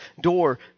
door